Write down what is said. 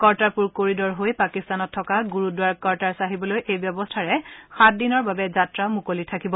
Kartarpur corridor হৈ পাকিস্তানত থকা গুৰুদ্বাৰ কৰ্টাৰ চাহিবলৈ এই ব্যৱস্থাৰে সাত দিনৰ বাবে যাত্ৰা মুকলি থাকিব